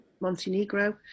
Montenegro